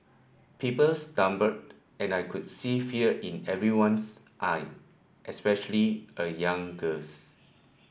people stumbled and I could see fear in everyone's eye especially a young girl's